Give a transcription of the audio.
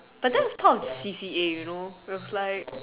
but that was kind of C_C_A you know it was like